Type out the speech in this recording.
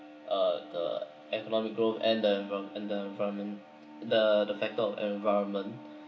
uh the economic growth and the environ~ and the environment the the factor of environment